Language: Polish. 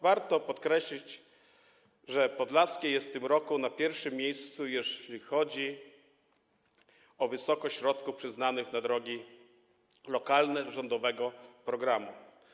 Warto podkreślić, że podlaskie jest w tym roku na pierwszym miejscu, jeśli chodzi o wysokość środków przyznanych na drogi lokalne z rządowego programu.